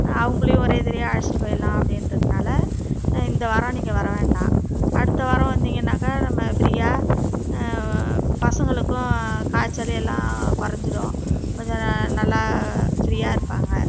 அவங்குளியும் ஒரேதரியா அழைச்சிட்டு போயிடலாம் அப்படின்றதுனால இந்த வாரம் நீங்கள் வர வேண்டாம் அடுத்த வாரம் வந்தீங்கனாக்கா நம்ம ஃப்ரீயாக பசங்களுக்கும் காய்ச்சல் எல்லாம் குறஞ்சிடும் கொஞ்சம் நல்லா ஃப்ரீயாக இருப்பாங்க